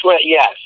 yes